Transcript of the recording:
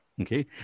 Okay